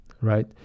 right